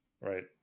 Right